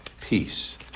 Peace